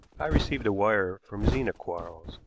i received a wire from zena quarles,